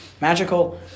magical